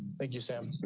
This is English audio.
thank you, sam.